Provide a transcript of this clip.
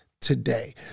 today